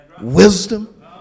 wisdom